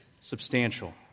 substantial